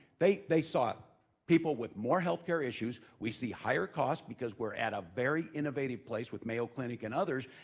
they they saw people with more healthcare issues, we see higher costs because we're at a very innovative place with mayo clinic and others,